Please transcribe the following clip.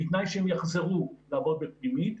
בתנאי שהם יחזרו לעבוד בפנימית,